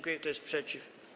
Kto jest przeciw?